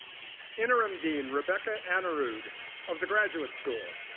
interim dean rebecca aanerud of the graduate school.